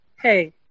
hey